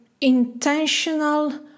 intentional